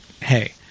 hey